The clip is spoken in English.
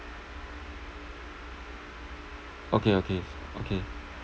okay okay okay